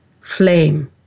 flame